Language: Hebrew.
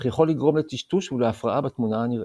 אך יכול לגרום לטשטוש ולהפרעה בתמונה הנראית.